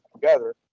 together